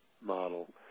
model